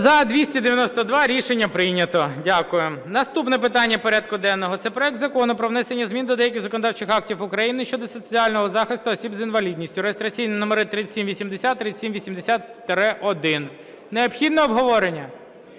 За-292 Рішення прийнято. Дякую. Наступне питання порядку денного – це проект Закону про внесення змін до деяких законодавчих актів України щодо соціального захисту осіб з інвалідністю (реєстраційні номери 3780, 3780-1). Необхідне обговорення?